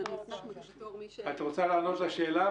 עו"ד פלאי, את רוצה לענות על השאלה?